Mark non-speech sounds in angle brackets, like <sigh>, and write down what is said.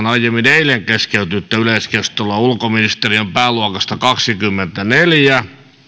<unintelligible> aiemmin torstaina keskeytynyttä yleiskeskustelua ulkoasiainministeriön pääluokasta kaksikymmentäneljä